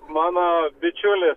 mano bičiulis